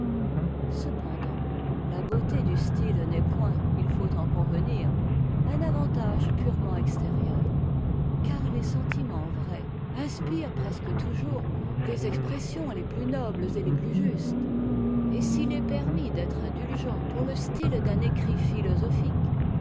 cependant la beauté du style n'est point il faut en convenir un avantage purement extérieur car les sentiments vrais inspirent presque toujours les expressions les plus nobles et les plus justes et s'il est permis d'être indulgent pour le style d'un écrit philosophique